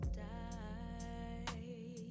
die